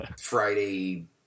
Friday